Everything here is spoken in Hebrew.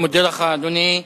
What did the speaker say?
אני מודה לך, אדוני.